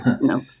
no